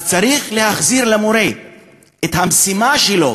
צריך להחזיר למורה את המשימה שלו,